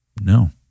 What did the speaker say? no